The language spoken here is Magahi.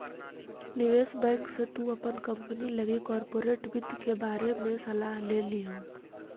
निवेश बैंक से तु अपन कंपनी लागी कॉर्पोरेट वित्त के बारे में सलाह ले लियहू